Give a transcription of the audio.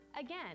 Again